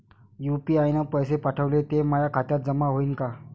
UPI न पैसे पाठवले, ते माया खात्यात जमा होईन का?